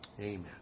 amen